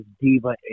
diva